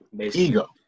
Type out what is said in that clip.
Ego